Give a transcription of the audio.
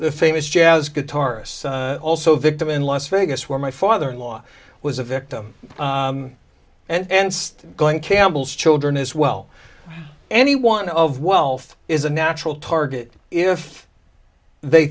the famous jazz guitarist also victim in las vegas where my father in law was a victim and it's going campbell's children as well any want of wealth is a natural target if they